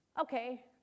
okay